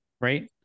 Right